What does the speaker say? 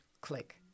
click